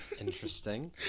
Interesting